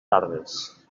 tardes